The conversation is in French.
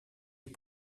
est